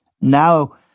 Now